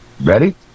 Ready